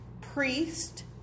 priest